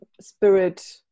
spirit